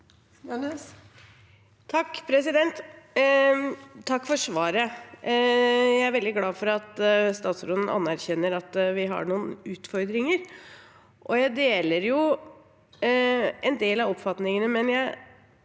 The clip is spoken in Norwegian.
(H) Takk for svaret. Jeg er veldig glad for at statsråden anerkjenner at vi har noen utfordringer, og jeg deler en del av oppfatningene, men jeg